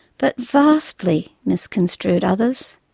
but vastly misconstrued others.